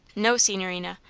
no, signorina.